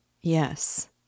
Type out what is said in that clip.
Yes